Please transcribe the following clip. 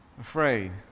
afraid